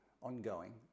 ongoing